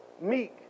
meek